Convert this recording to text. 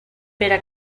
pere